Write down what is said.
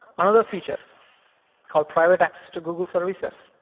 another feature called private access to google services.